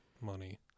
money